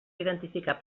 identificar